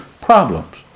problems